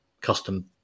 custom